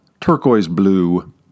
turquoise-blue